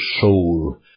soul